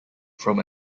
from